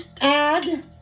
add